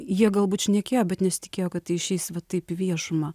jie galbūt šnekėjo bet nesitikėjo kad tai išeis va taip į viešumą